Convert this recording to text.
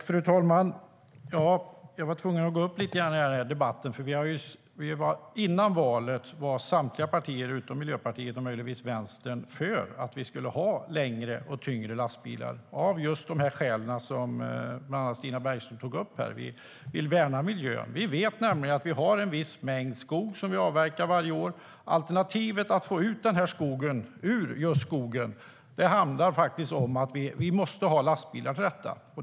Fru talman! Jag kände mig tvungen att gå upp i debatten. Före valet var samtliga partier utom Miljöpartiet och möjligtvis Vänstern för att vi skulle ha längre och tyngre lastbilar av just de skäl som bland andra Stina Bergström tog upp. Vi vill värna miljön. Vi vet nämligen att vi har en viss mängd skog som vi avverkar varje år. Alternativet för att få ut skogen ur just skogen handlar om att vi måste ha lastbilar.